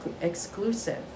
exclusive